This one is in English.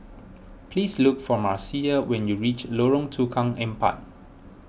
please look for Marcia when you reach Lorong Tukang Empat